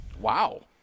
wow